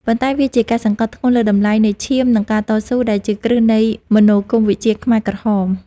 ប៉ុន្តែវាជាការសង្កត់ធ្ងន់លើតម្លៃនៃ ឈាម និង ការតស៊ូ ដែលជាគ្រឹះនៃមនោគមវិជ្ជាខ្មែរក្រហម។